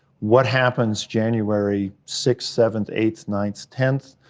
what happens january sixth, seventh, eighth, ninth, tenth,